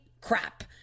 crap